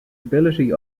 ability